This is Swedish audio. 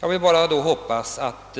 Jag hoppas bara att